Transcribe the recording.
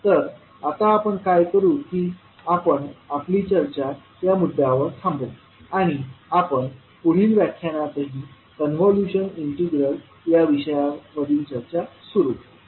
तर आता आपण काय करू की आपण आपली चर्चा या मुद्द्यावर थांबवू आणि आपण पुढील व्याख्यानातही कॉन्व्होल्यूशन इंटिग्रल या विषयावरील चर्चा सुरू ठेवू